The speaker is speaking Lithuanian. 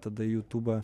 tada jutubą